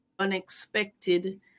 unexpected